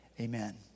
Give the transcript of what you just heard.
amen